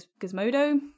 Gizmodo